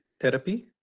therapy